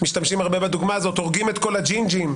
משתמשים הרבה בדוגמה הזאת הורגים את כל הג'ינג'ים,